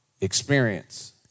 experience